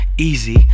Easy